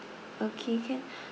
okay can